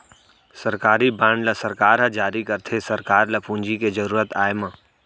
सरकारी बांड ल सरकार ह जारी करथे सरकार ल पूंजी के जरुरत आय म